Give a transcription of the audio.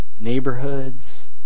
neighborhoods